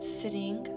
sitting